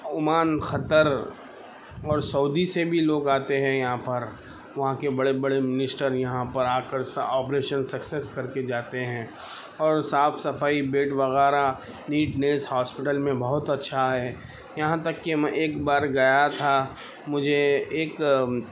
Oman Qatar اور Saudi سے بھی لوگ آتے ہیں یہاں پر وہاں کے بڑے بڑے منسٹر یہاں پر آکر آپریشن سکسیز کر کے جاتے ہیں اور صاف صفائی بیڈ وغیرہ نیٹنیس ہاسپیلٹ میں بہت اچھا ہے یہاں تک کہ میں ایک بار گیا تھا مجھے ایک